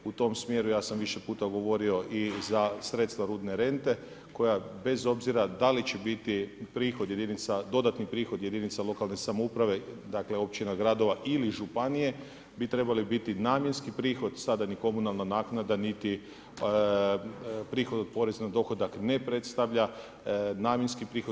U tom smjer u ja sam više puta govorio i za sredstva rudne rente koja bez obzira da li će biti dodatni prihod jedinica lokalne samouprave dakle, općina, gradova ili županija, bi trebali biti namjenski prihod. … ni komunalna naknada niti prihod od poreza na dohodak ne predstavlja namjenski prihod.